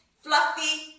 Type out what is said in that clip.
fluffy